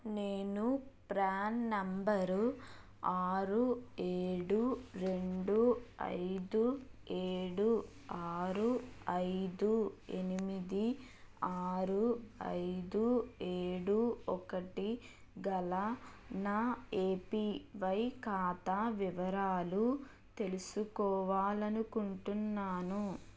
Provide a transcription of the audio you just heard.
నేను PRAN number ఆరు ఏడు రెండు ఐదు ఏడు ఆరు ఐదు ఎనిమిది ఆరు ఐదు ఏడు ఒకటి గల నా ఏపీవై ఖాతా వివరాలు తెలుసుకోవాలనుకుంటున్నాను